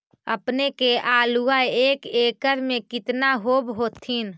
अपने के आलुआ एक एकड़ मे कितना होब होत्थिन?